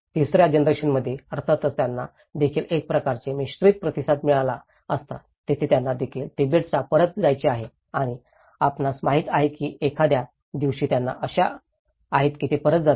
तिसऱ्या जनरेशनमध्ये अर्थातच त्यांना देखील एक प्रकारचे मिश्रित प्रतिसाद मिळाला असता जेथे त्यांना देखील तिबेटला परत जायचे आहे आणि आपणास माहित आहे की एखाद्या दिवशी त्यांना आशा आहे की ते परत जातील